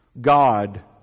God